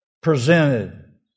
presented